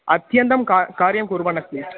अत्यन्तं कार्यं कार्यं कुर्वन्नस्ति